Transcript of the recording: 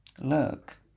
look